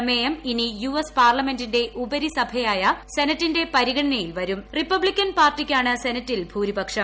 പ്രമേയം ഇനി U S പാർലമമെന്റിന്റെ ഉപരിസഭയായ സെനറ്റിന്റെ പരിഗണനയിൽ വരും റിപ്പബ്ലിക്കൻ പാർട്ടിക്കാണ് സെനറ്റിൽ ഭൂരിപക്ഷം